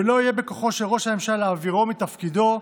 ולא יהא בכוחו של ראש הממשלה להעבירו מתפקידו,